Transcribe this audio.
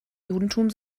judentum